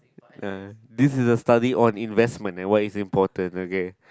uh this is a study on investment and what is important okay